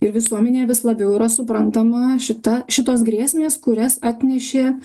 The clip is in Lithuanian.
ir visuomenėje vis labiau yra suprantama šita šitos grėsmės kurias atnešė